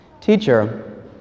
Teacher